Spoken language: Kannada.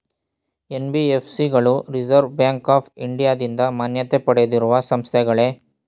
ಎನ್.ಬಿ.ಎಫ್.ಸಿ ಗಳು ರಿಸರ್ವ್ ಬ್ಯಾಂಕ್ ಆಫ್ ಇಂಡಿಯಾದಿಂದ ಮಾನ್ಯತೆ ಪಡೆದಿರುವ ಸಂಸ್ಥೆಗಳೇ?